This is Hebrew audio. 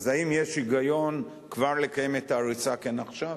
אז האם יש היגיון כבר לקיים את ההריסה עכשיו?